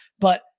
but-